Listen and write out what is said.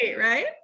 Right